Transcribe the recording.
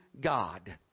God